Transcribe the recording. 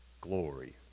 glory